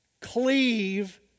cleave